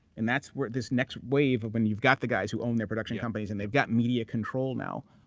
and that's where this next wave of when you've got the guys who own their production companies and they've got media control now.